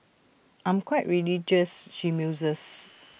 I'm quite religious she muses